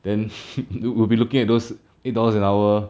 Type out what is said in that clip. then we will be looking at those eight dollars an hour